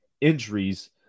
injuries